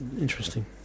interesting